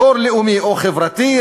מקור לאומי או חברתי,